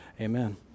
Amen